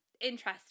interesting